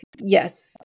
yes